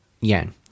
yen